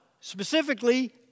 specifically